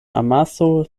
amaso